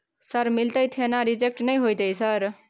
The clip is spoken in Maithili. सर मिलते थे ना रिजेक्ट नय होतय सर?